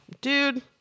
dude